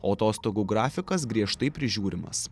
o atostogų grafikas griežtai prižiūrimas